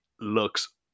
looks